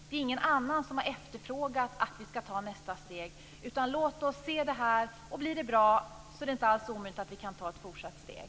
Det är ingen annan som har efterfrågat att vi skall ta nästa steg. Låt oss se resultatet av det här. Blir det bra är det inte alls omöjligt att vi kan ta ytterligare ett steg.